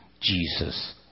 Jesus